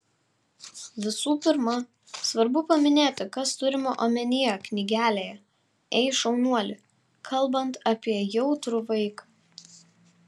visų pirma svarbu paminėti kas turima omenyje knygelėje ei šaunuoli kalbant apie jautrų vaiką